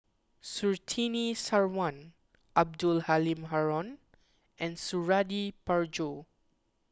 Surtini Sarwan Abdul Halim Haron and Suradi Parjo